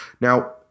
now